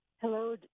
Hello